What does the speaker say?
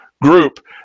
group